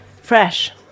Fresh